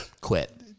Quit